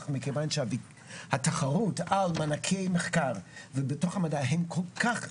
מכיוון שהתחרות על מענקי מחקר בתוך המדע הם כל כך קשים,